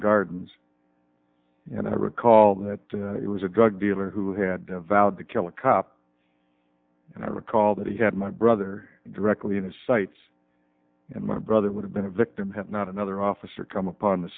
gardens and i recall that it was a drug dealer who had vowed to kill a cop and i recall that he had my brother directly in his sights and my brother would have been a victim had not another officer come upon the